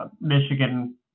Michigan